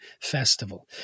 festival